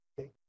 Okay